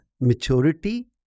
maturity